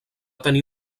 tenir